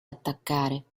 attaccare